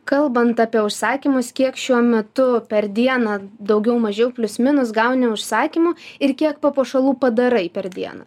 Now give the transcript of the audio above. kalbant apie užsakymus kiek šiuo metu per dieną daugiau mažiau plius minus gauni užsakymų ir kiek papuošalų padarai per dieną